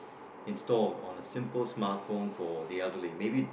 installed on a simple smartphone for the elderly maybe